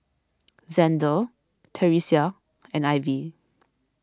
Xander theresia and Ivy